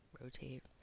rotate